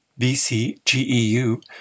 BCGEU